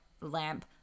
lamp